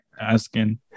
asking